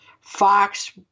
Fox